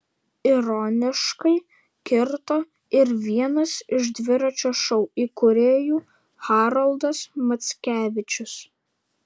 ironiškai kirto ir vienas iš dviračio šou įkūrėjų haroldas mackevičius